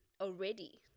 already